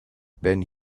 been